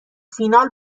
فینال